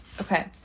okay